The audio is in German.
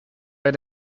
bei